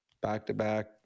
back-to-back